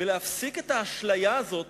ולהפסיק את האשליה הזאת